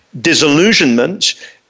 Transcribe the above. disillusionment